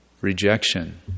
Rejection